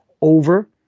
over